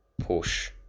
push